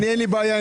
אין לי בעיה עם זה.